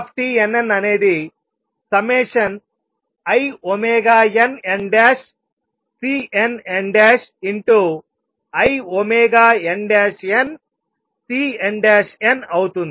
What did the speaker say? v2tnn అనేది ∑innCnninnCnn అవుతుంది